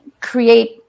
create